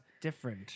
Different